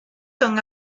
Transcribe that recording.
son